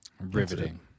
Riveting